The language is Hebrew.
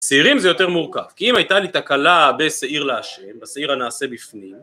בשעירים זה יותר מורכב, כי אם הייתה לי תקלה בשעיר לאשר, בשעיר הנעשה בפנים